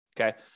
Okay